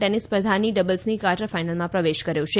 tennis સ્પર્ધાની ડબલ્સની quarter ફાઈનલમાં પ્રવેશ કર્યો છે